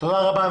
תודה רבה.